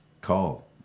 Call